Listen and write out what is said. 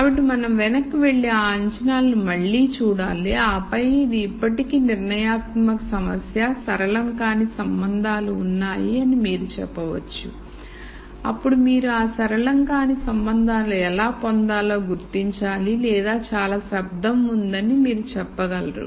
కాబట్టి మనం వెనక్కి వెళ్లి ఆ అంచనాలను మళ్లీ చూడాలి ఆపై ఇది ఇప్పటికీ నిర్ణయాత్మక సమస్య సరళం కానీ సంబంధాలు ఉన్నాయి అని మీరు చెప్పవచ్చు అప్పుడు మీరు ఆ సరళం కానీ సంబంధాలుఎలా పొందాలో గుర్తించాలి లేదా చాలా శబ్దం ఉందని మీరు చెప్పగలరు